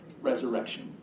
Resurrection